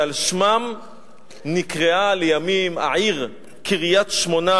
שעל שמם נקראה לימים העיר קריית-שמונה,